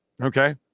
Okay